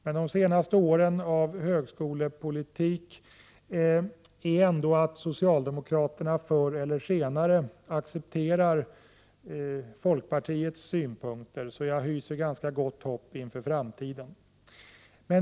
Men de senaste årens högskolepolitik leder förr eller senare till att socialdemokraterna kommer att acceptera folkpartiets synpunkter, och jag hyser ett ganska gott hopp inför framtiden.